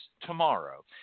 tomorrow